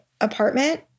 apartment